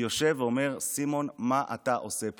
יושב ואומר: סימון, מה אתה עושה פה?